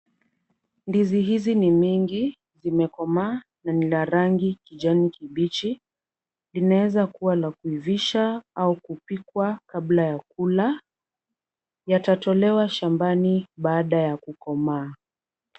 Ndizi hizi ni mingi, zimekomaa na ni la rangi kijani kibichi. Linaweza kuwa la kuivisha au kupikwa kabla ya kula. Yatatolewa shambani baada ya kukomaa.